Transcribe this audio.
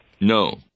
no